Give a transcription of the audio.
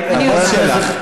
רגע,